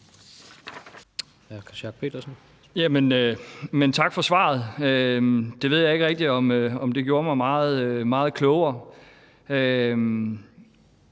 Tak for svaret. Jeg ved ikke rigtig, om det gjorde mig meget klogere.